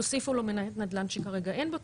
תוסיפו לו מניות נדל"ן שכרגע אין בו,